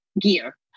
gear